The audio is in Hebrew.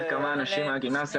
בתור מי שמכיר כמה אנשים מהגימנסיה,